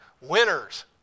winners